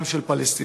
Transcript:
גם של פלסטינים.